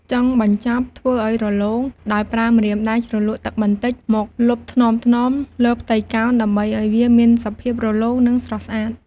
ចុងបញ្ជប់ធ្វើឱ្យរលោងដោយប្រើម្រាមដៃជ្រលក់ទឹកបន្តិចមកលុបថ្នមៗលើផ្ទៃកោណដើម្បីឱ្យវាមានសភាពរលោងនិងស្រស់ស្អាត។